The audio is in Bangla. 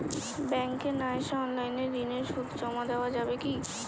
ব্যাংকে না এসে অনলাইনে ঋণের সুদ জমা দেওয়া যাবে কি?